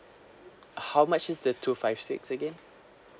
how much is the two five six again